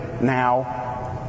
now